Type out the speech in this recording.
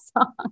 song